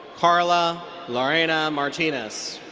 carla lorena martinez.